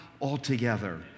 altogether